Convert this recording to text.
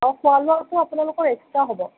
আৰু খোৱা লোৱাটো আপোনালোকৰ এক্সট্ৰা হ'ব